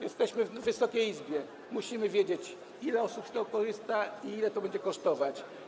Jesteśmy w Wysokiej Izbie, musimy wiedzieć, ile osób z tego korzysta i ile to będzie kosztować.